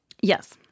Yes